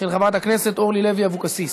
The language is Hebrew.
של חברת הכנסת אורלי לוי אבקסיס.